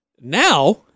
Now